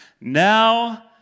Now